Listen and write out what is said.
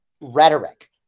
rhetoric